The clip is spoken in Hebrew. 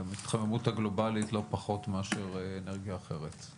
להתחממות הגלובלית לא פחות מאשר אנרגיה אחרת.